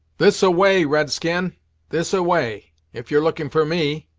this-a-way, red-skin this-a-way, if you're looking for me,